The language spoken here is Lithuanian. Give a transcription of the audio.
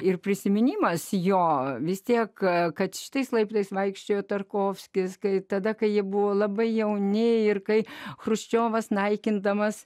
ir prisiminimas jo vis tiek kad šitais laiptais vaikščiojo tarkovskis kai tada kai ji buvo labai jauni ir kai chruščiovas naikindamas